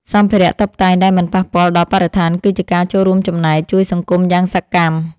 សម្ភារៈតុបតែងដែលមិនប៉ះពាល់ដល់បរិស្ថានគឺជាការចូលរួមចំណែកជួយសង្គមយ៉ាងសកម្ម។